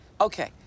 okay